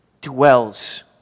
dwells